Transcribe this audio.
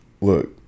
look